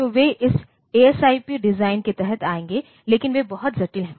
तो वे इस एएसआईपी डिजाइन के तहत आएंगे लेकिन वे बहुत जटिल हैं